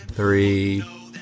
Three